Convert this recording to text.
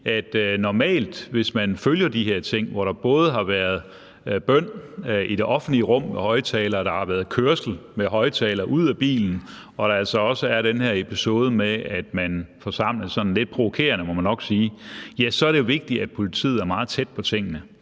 der så, hvis man følger de her ting, både har været bøn i det offentlige rum med højtalere – der har været kørsel med højtalere ude af bilen – og altså også den her episode med, at man forsamledes sådan lidt provokerende, må man nok sige. Der er det vigtigt, at politiet er meget tæt på tingene.